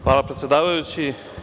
Hvala, predsedavajući.